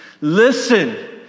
Listen